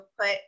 put